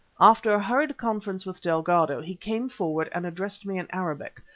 after a hurried conference with delgado, he came forward and addressed me in arabic,